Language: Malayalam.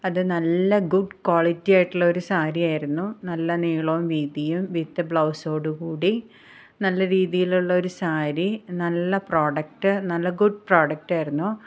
അത് നല്ല ഗുഡ് ക്വാളിറ്റിയായിട്ടുള്ളൊരു സാരിയായിരുന്നു നല്ല നീളവും വീതിയും വിത്ത് ബ്ലൗസോടു കൂടി നല്ല രീതിയിലുള്ളൊരു സാരി നല്ല പ്രോഡക്റ്റ് നല്ല ഗുഡ് പ്രോഡക്റ്റായിരുന്നു